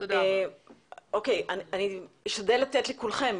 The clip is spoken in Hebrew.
אני אשתדל לתת לכולכם,